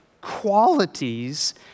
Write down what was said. qualities